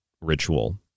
ritual